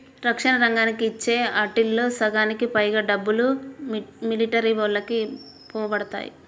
రక్షణ రంగానికి ఇచ్చే ఆటిల్లో సగానికి పైగా డబ్బులు మిలిటరీవోల్లకే బోతాయంట